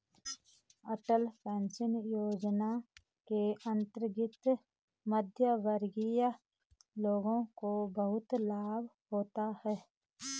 अटल pension योजना के अंतर्गत मध्यमवर्गीय लोगों को बहुत लाभ होता है